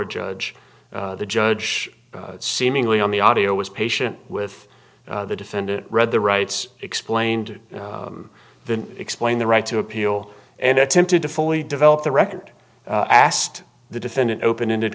a judge the judge seemingly on the audio was patient with the defendant read the rights explained the explain the right to appeal and attempted to fully develop the record asked the defendant open ended